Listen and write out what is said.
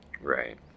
Right